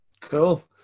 cool